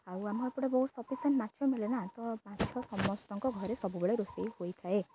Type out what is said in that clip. ଆଉ ଆମର ଏପଟେ ବହୁତ ସଫିସିଣ୍ଟ୍ ମାଛ ମିଳେ ନା ତ ମାଛ ସମସ୍ତଙ୍କ ଘରେ ସବୁବେଳେ ରୋଷେଇ ହୋଇଥାଏ